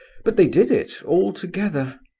but they did it, all together.